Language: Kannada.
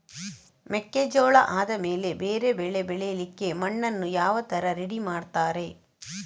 ಮೆಕ್ಕೆಜೋಳ ಆದಮೇಲೆ ಬೇರೆ ಬೆಳೆ ಬೆಳಿಲಿಕ್ಕೆ ಮಣ್ಣನ್ನು ಯಾವ ತರ ರೆಡಿ ಮಾಡ್ತಾರೆ?